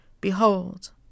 Behold